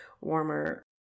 warmer